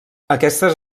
aquestes